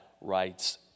rights